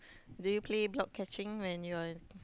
did you play block catching when you are